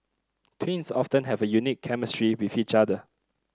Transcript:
twins often have a unique chemistry with each other